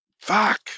Fuck